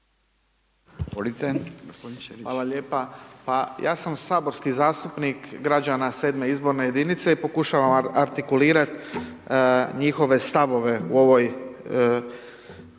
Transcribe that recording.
Hvala lijepa. Pa ja sam saborski zastupnik građana 7.-me izborne jedinice i pokušavam artikulirati njihove stavove u ovoj